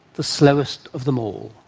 the slowest of them all.